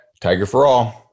TigerForAll